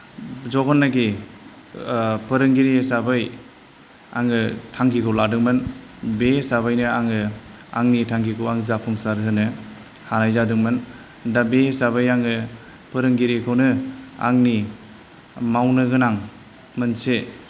जेब्लानोखि फोरोंगिरि हिसाबै आङो थांखिखौ लादोंमोन बे हिसाबैनो आङो आंनि थांखिखौ आं जाफुंसार होनो हानाय जादोंमोन दा बे हिसाबै आङो फोरोंगिरिखौनो आंनि मावनो गोनां मोनसे